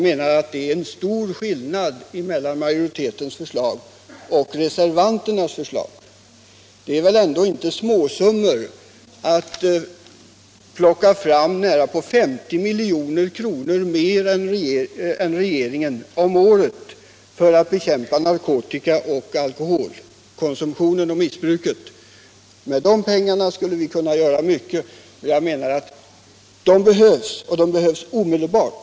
Det är stor skillnad mellan majoritetens och reservanternas förslag. Det är väl ändå inte fråga om småsummor när man vill plocka fram nästan 50 milj.kr. mer än regeringen om året för att bekämpa narkotikamissbruket och alkoholkonsumtionen. Med dessa pengar skulle vi kunna göra mycket. De behövs och de behövs omedelbart.